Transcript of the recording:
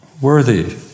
worthy